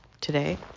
today